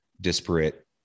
disparate